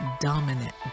dominant